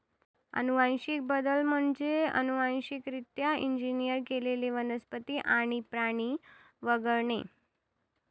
अनुवांशिक बदल म्हणजे अनुवांशिकरित्या इंजिनियर केलेले वनस्पती आणि प्राणी वगळणे